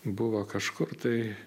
buvo kažkur tai